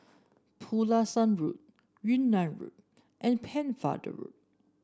Pulasan Road Yunnan Road and Pennefather Road